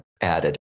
added